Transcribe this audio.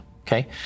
Okay